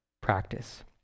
practice